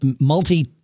multi